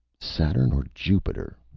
saturn or jupiter,